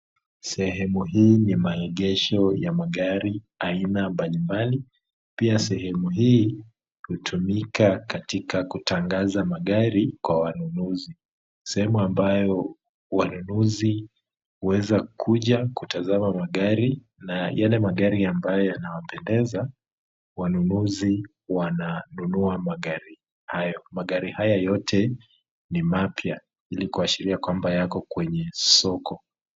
Sehemu hii ni maegesho ya magari aina mbalimbali, pia sehemu hii kutumika katika kutangasa magari Kwa wanunusi sehemu ambayo wanunusi uweza Kuja kutazama magari na Yale magari ambayo yanawapendeza, wanunusi wananunua magari hayo , magari haya yote ni mapya ili kuashiria kwamba yako kwenye soko